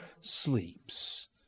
sleeps